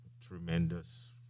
tremendous